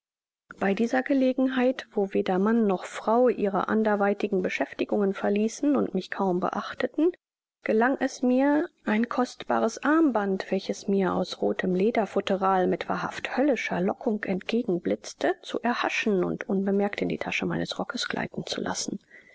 bei dieser gelegenheit wo weder mann noch frau ihre anderweitigen beschäftigungen verließen und mich kaum beachteten gelang es mir ein kostbares armband welches mir aus rothem lederfutteral mit wahrhaft höllischer lockung entgegenblitzte zu erhaschen und unbemerkt in die tasche meines rockes gleiten zu lassen